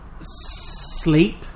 Sleep